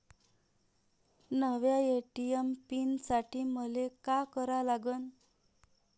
नव्या ATM pin साठी मले का करा लागन?